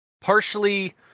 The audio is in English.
partially